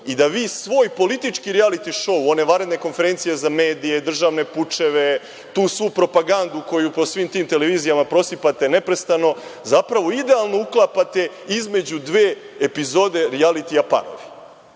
i da vi svoj politički rijaliti šou, one vanredne konferencije za medije, državne pučeve, tu svu propagandu koju po svim tim televizijama prosipate neprestano, zapravo idealno uklapate između dve epizode rijalitija